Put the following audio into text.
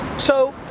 so,